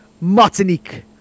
Martinique